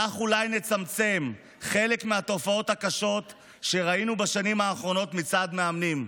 כך אולי נצמצם חלק מהתופעות הקשות שראינו בשנים האחרונות מצד מאמנים,